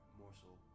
morsel